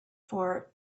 for